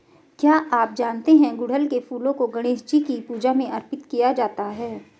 क्या आप जानते है गुड़हल के फूलों को गणेशजी की पूजा में अर्पित किया जाता है?